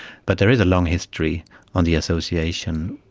but there is a long history on the association,